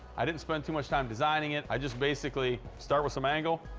i didn't spend too much time designing it. i just basically start with some angle,